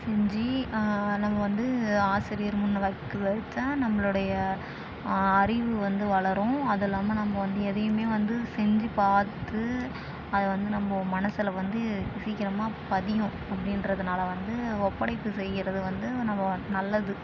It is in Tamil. செஞ்சு நம்ம வந்து ஆசிரியர் முன்னே வக் வச்சா நம்மளுடைய அறிவு வந்து வளரும் அது இல்லாமல் நம்ம வந்து எதையுமே வந்து செஞ்சு பார்த்து அதை வந்து நம்ம மனசில் வந்து சீக்கிரமாக பதியும் அப்படின்றதுனால வந்து ஒப்படைப்பு செய்கிறது வந்து நம்ம நல்லது